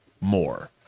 more